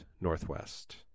Northwest